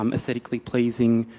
um aesthetically pleasing,